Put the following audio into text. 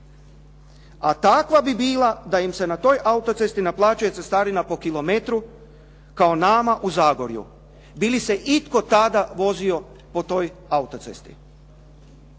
A takva bi bila da im se na toj autocesti naplaćuje cestarina po kilometru kao nama u Zagorju. Bi li se itko tada vozio po toj autocesti?